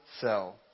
cell